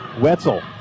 Wetzel